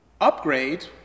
upgrade